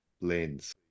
lens